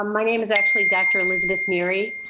um my name is actually dr. elizabeth neary.